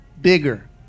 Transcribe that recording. bigger